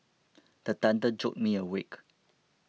the thunder jolt me awake